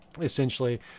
essentially